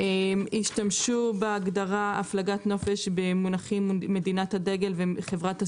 השתמשו בהגדרת הפלגת נופש במונחים של מדינת הדגל וחברת הסיווג,